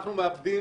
אנחנו מאבדים